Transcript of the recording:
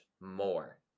more